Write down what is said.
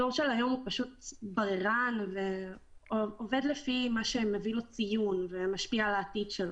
הדור של היום הוא בררן ועובד לפי מה שמביא לו ציון ומשפיע על העתיד שלו.